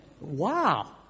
Wow